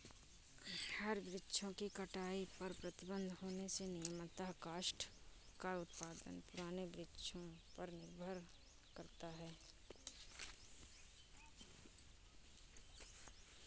हरे वृक्षों की कटाई पर प्रतिबन्ध होने से नियमतः काष्ठ का उत्पादन पुराने वृक्षों पर निर्भर करता है